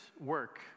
work